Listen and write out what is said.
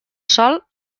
sol